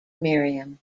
miriam